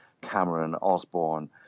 Cameron-Osborne